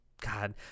God